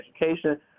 education